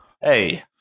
Hey